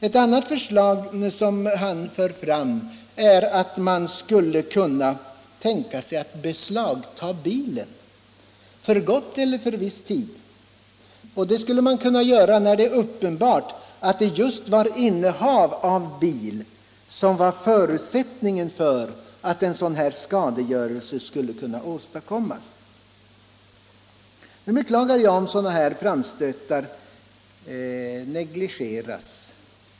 Ett annat förslag är att man skulle kunna beslagta bilen — för gott eller för viss tid — när det är uppenbart att just innehav av bil var förutsättningen för att en sådan här skadegörelse skulle kunna åstadkommas.